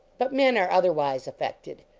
but men are otherwise affected.